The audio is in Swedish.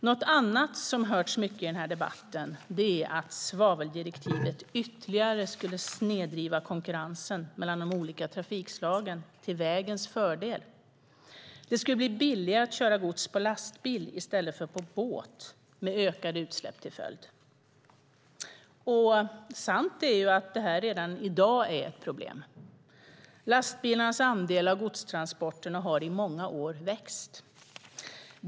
Något annat som har hörts mycket i debatten är att svaveldirektivet ytterligare skulle snedvrida konkurrensen mellan de olika trafikslagen till vägens fördel. Det skulle bli billigare att köra gods på lastbil i stället för på båt med ökade utsläpp till följd. Sant är att detta redan i dag är ett problem. Lastbilarnas andel av godstransporterna har i många år vuxit.